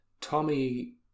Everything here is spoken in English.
Tommy